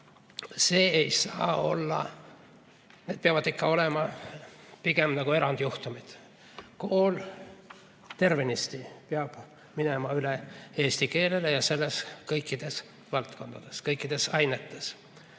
see ei saa olla [tavaline], need peavad ikka olema pigem erandjuhtumid. Kool tervenisti peab minema üle eesti keelele, ja seda kõikides valdkondades, kõikides ainetes.